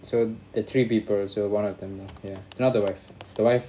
so the three people so one of them ya not the wife the wife